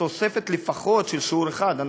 תוספת של שיעור אחד לפחות.